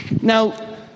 Now